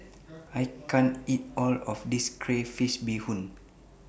I can't eat All of This Crayfish Beehoon